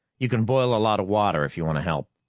you can boil a lot of water, if you want to help.